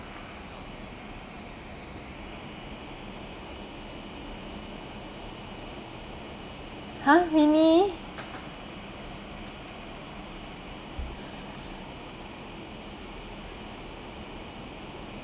!huh! minnie